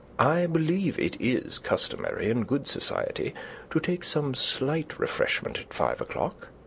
i believe it is customary in good society to take some slight refreshment at five o'clock.